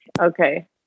Okay